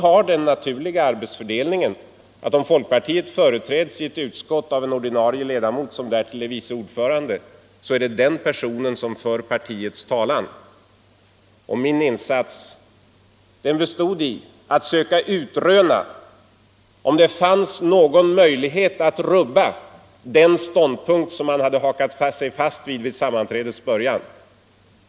Men vi har den naturliga arbetsfördelningen att om folkpartiet företräds i ett utskott av en ordinarie ledamot, som därtill är vice ordförande, så är det den personen som för partiets talan. Min insats bestod i att söka utröna om det fanns någon möjlighet att rubba på den ståndpunkt som man hade fastnat för vid sammanträdets början.